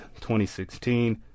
2016